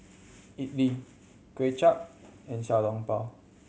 idly Kway Chap and Xiao Long Bao